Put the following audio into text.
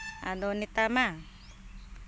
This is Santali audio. ᱟᱫᱚ ᱱᱮᱛᱟᱨ ᱢᱟ